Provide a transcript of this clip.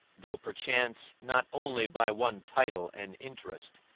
though perchance not only by one title and interest,